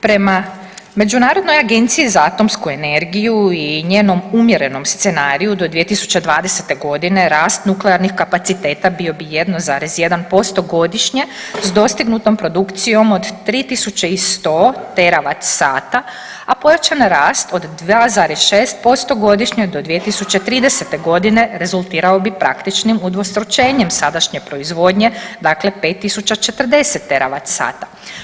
Prema Međunarodnoj agenciji za atomsku energiju i njenom umjerenom scenariju do 2020. godine rast nuklearnih kapaciteta bio bi 1,1% godišnje s dostignutom produkcijom od 3 tisuće i 100 teravat sata, a pojačan rast od 2,6% godišnje do 2030. godine rezultirao bi praktičnim udvostručenjem sadašnje proizvodnje dakle 5 tisuća 40 teravat sata.